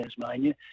Tasmania